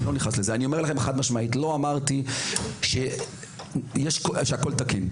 אני אומר לכם חד משמעית, לא אמרתי שהכול תקין.